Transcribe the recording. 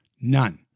None